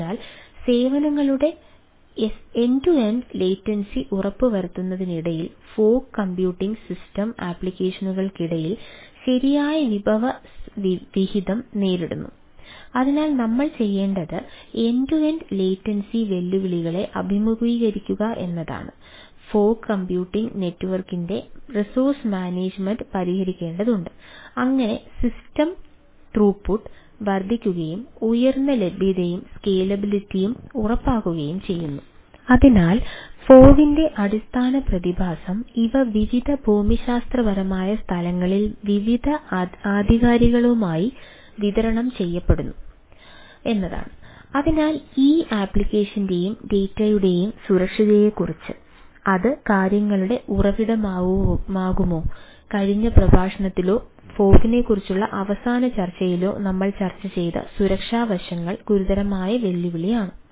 അതിനാൽ സേവനങ്ങളുടെ end to എൻഡ്നെക്കുറിച്ചുള്ള അവസാന ചർച്ചയിലോ നമ്മൾ ചർച്ച ചെയ്ത സുരക്ഷാ വശങ്ങൾ ഗുരുതരമായ വെല്ലുവിളിയാണ്